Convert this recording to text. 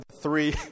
three